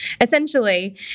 Essentially